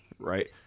Right